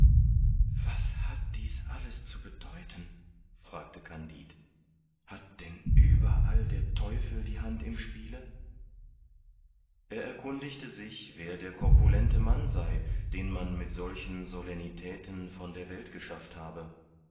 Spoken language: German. was hat dies alles zu bedeuten fragte kandid hat denn überall der teufel die hand im spiele er erkundigte sich wer der corpulente mann sei den man mit solchen solennitäten von der welt geschafft habe